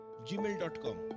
gmail.com